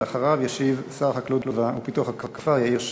אחריו ישיב שר החקלאות ופיתוח הכפר יאיר שמיר.